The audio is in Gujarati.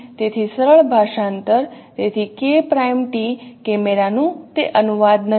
તેથી સરળ ભાષાંતર તેથી K't કેમેરાનું તે અનુવાદ નથી